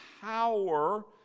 power